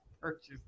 purchase